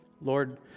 Lord